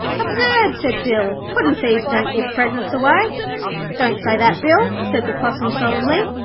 absurd, said bill. puddin'-thieves don't give presents away don't say that, bill said the possum, solemnly.